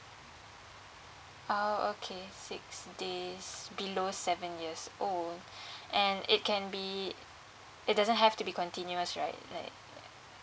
orh okay six days below seven years old and it can be it doesn't have to be continuous right like like